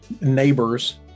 neighbors